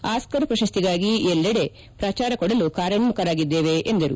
Oscar ಪ್ರಶಸ್ತಿಗಾಗಿ ಎಲ್ಲೆಡೆ ಪ್ರಚಾರ ಕೊಡಲು ಕಾರ್ಯೋನ್ನುಖರಾಗಿದ್ದೇವೆ ಎಂದರು